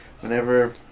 Whenever